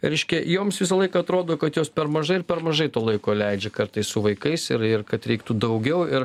reiškia joms visą laiką atrodo kad jos per mažai ir per mažai to laiko leidžia kartais su vaikais ir ir kad reiktų daugiau ir